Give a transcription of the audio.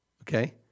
Okay